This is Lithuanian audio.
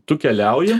tu keliauji